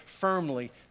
firmly